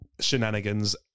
shenanigans